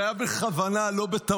זה היה בכוונה, לא בטעות.